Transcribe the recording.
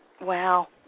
Wow